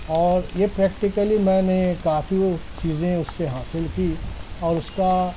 اور یہ پریکٹیکلی میں نے کافی وہ چیزیں اس سے حاصل کیں اور اس کا